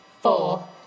Four